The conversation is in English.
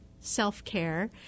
self-care